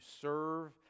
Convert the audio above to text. serve